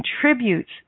contributes